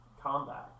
combat